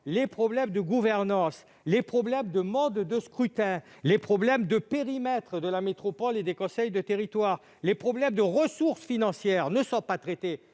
les problèmes de gouvernance, les problèmes de mode de scrutin, les problèmes de périmètre de la métropole et des conseils de territoire, les problèmes de ressources financières ne sont pas traités